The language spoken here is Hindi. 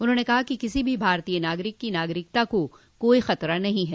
उन्होंने कहा कि किसी भारतीय नागरिक की नागरिकता को कोई खतरा नहीं है